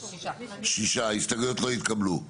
ההסתייגויות לא התקבלו.